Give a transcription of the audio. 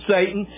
Satan